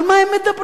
על מה הם מדברים?